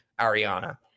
Ariana